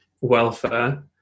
welfare